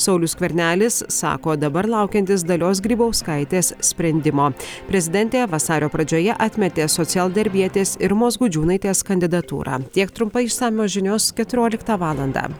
saulius skvernelis sako dabar laukiantis dalios grybauskaitės sprendimo prezidentė vasario pradžioje atmetė socialdarbietės irmos gudžiūnaitės kandidatūrą tiek trumpai išsamios žinios keturioliktą valandą